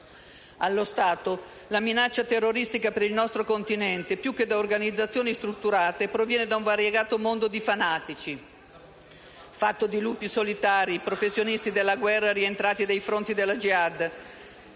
Allo stato, la minaccia terroristica per il nostro continente, più che da organizzazioni strutturate, proviene da un variegato mondo di fanatici, fatto di lupi solitari e professionisti della guerra rientrati dai fronti della *jihad*.